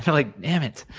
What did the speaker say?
like damnit,